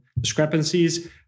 discrepancies